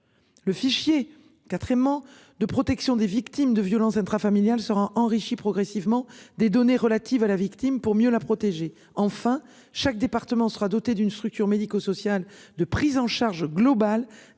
Le fichier carrément de protection des victimes de violences intrafamiliales sera enrichi progressivement des données relatives à la victime pour mieux la protéger. Enfin, chaque département sera dotée d'une structure médico-sociale de prise en charge globale